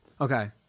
Okay